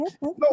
No